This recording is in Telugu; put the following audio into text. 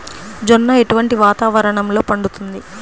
జొన్న ఎటువంటి వాతావరణంలో పండుతుంది?